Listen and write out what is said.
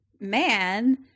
man